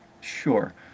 Sure